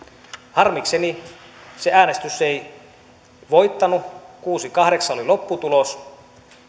harmikseni se äänestys ei voittanut kuusi viiva kahdeksan oli lopputulos